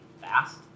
fast